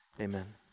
amen